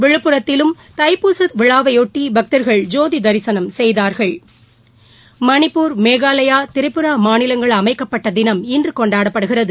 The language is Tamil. விழுப்புரத்திலும் தைப்பூச விழாவையொட்டி பக்தர்கள் ஜோதி தரிசனம் செய்தார்கள் மணிப்பூர் மேகாலயா திரிபுரா மாநிலங்கள் அமைக்கப்பட்ட தினம் இன்று கொண்டாடப்படுகிறது